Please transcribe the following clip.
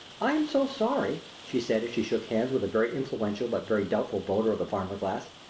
i am so sorry, she said as she shook hands with a very influential but very doubtful voter of the farmer class,